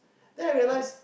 then I realized